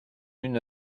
une